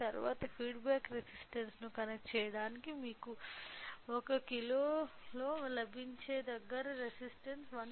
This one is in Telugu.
తరువాత ఫీడ్బ్యాక్ రెసిస్టన్స్ ను కనెక్ట్ చేయడానికి మీకు 1 కిలోలో లభించే దగ్గరి రెసిస్టర్ 1